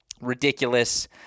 ridiculous